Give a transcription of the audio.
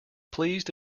pleased